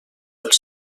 els